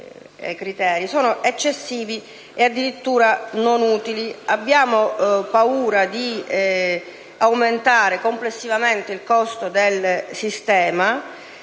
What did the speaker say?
sono eccessivi e addirittura non utili. Temiamo di aumentare complessivamente il costo del sistema.